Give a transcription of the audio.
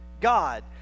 God